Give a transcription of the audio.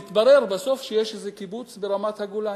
ומתברר בסוף שיש איזה קיבוץ ברמת-הגולן,